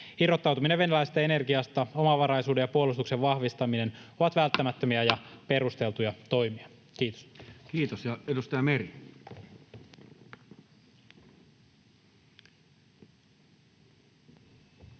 Irrottautuminen venäläisestä energiasta sekä omavaraisuuden ja puolustuksen vahvistaminen ovat välttämättömiä ja perusteltuja toimia. — Kiitos. Kiitos. — Ja edustaja Meri. Kiitos,